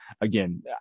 Again